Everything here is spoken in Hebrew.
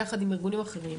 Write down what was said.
ביחד עם ארגונים אחרים,